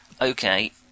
Okay